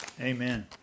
Amen